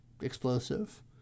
explosive